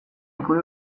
ikur